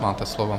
Máte slovo.